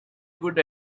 good